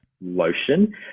lotion